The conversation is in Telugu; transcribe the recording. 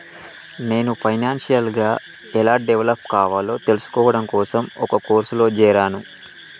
నేను ఫైనాన్షియల్ గా ఎలా డెవలప్ కావాలో తెల్సుకోడం కోసం ఒక కోర్సులో జేరాను